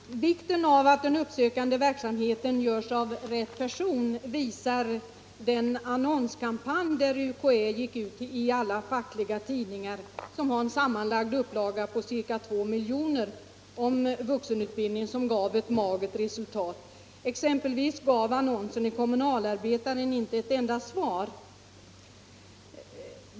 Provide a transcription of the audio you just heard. Herr talman! Vikten av att den uppsökande verksamheten görs av rätt person visar den annonskampanj om vuxenutbildningen som UKÄ gick ut med i alla fackliga tidningar, som har en sammanlagd upplaga på ca 2 miljoner. Den gav nämligen ett magert resultat. Annonsen i Kommunalarbetaren gav exempelvis inte ett enda svar.